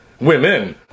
women